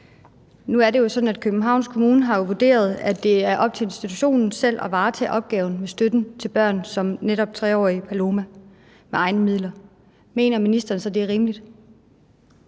Københavns Kommune har vurderet, at det er op til institutionen selv at varetage opgaven med støtten til børn som netop 3-årige Paloma med egne midler. Mener ministeren så, at det er rimeligt?